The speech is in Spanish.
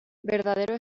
verdadero